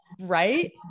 right